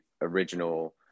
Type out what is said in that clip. original